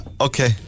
Okay